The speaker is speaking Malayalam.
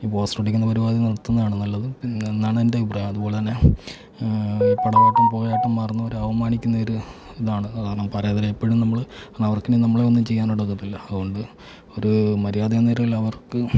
ഈ പോസ്റ്റർ ഒട്ടിക്കുന്ന പരമാവധി നിർത്തുന്നതാണ് നല്ലത് പിന്നെ എന്താണ് എൻ്റെ അഭിപ്രായം പിന്നെ അതുപോലെ തന്നെ പടമായിട്ടും പോയതായിട്ടും മറന്നവരെ അപമാനിക്കുന്ന ഒരു ഇതാണ് സാധാരണ പരേതരെ എപ്പോഴും നമ്മൾ അവർക്ക് ഇനി നമ്മളെ ഒന്നും ചെയ്യാന്ന് ഒക്കത്തില്ല അതുകൊണ്ട് ഒരു മര്യാദയെന്ന നിലയിലവർക്ക്